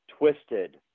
twisted